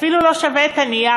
אפילו לא שווה את הנייר,